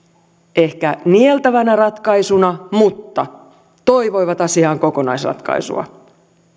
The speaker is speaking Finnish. ehkä nieltävänä ratkaisuna mutta toivoivat asiaan kokonaisratkaisua